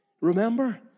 Remember